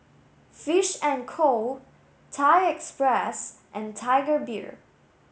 fish and Co Thai Express and Tiger Beer